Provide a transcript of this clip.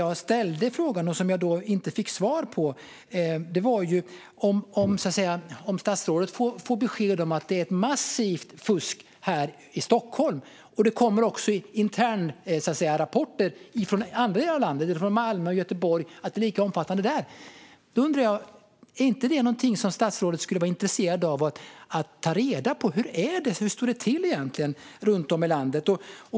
Jag fick inte svar på min fråga: Om statsrådet får besked om ett massivt fusk i Stockholm och det kommer internrapporter från Malmö och Göteborg om att det är lika omfattande där, är inte statsrådet då intresserad av att ta reda på hur det egentligen står till runt om i landet?